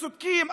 צודקים,